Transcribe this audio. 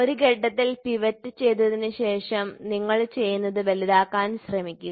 ഒരു ഘട്ടത്തിൽ പിവറ്റു ചെയ്തതിനുശേഷം നിങ്ങൾ ചെയ്യുന്നത് വലുതാക്കാൻ ശ്രമിക്കുക